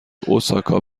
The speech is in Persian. اوساکا